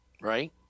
right